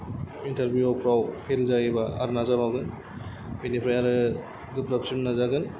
interview फ्राव fail जायोबा आरो नाजाबावगोन बेनिफ्राय आरो गोब्राबसिन नाजागोन